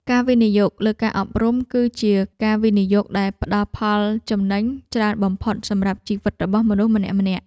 ការវិនិយោគលើការអប់រំគឺជាការវិនិយោគដែលផ្តល់ផលចំណេញច្រើនបំផុតសម្រាប់ជីវិតរបស់មនុស្សម្នាក់ៗ។